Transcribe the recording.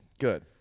Good